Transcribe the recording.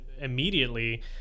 immediately